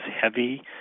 heavy